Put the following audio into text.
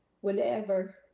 Whenever